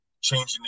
changing